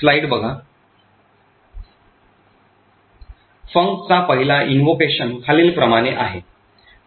func चा पहिला invocation खालीलप्रमाणे आहे